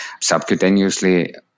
subcutaneously